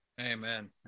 amen